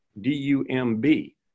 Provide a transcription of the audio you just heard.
D-U-M-B